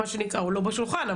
הוא לא בשולחן,